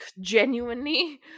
genuinely